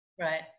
right